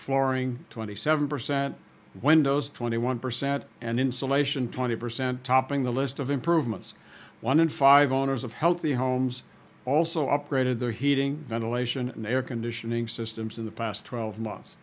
flooring twenty seven percent windows twenty one percent and insulation twenty percent topping the list of improvements one in five owners of healthy homes also upgraded their heating ventilation and air conditioning systems in the past twelve months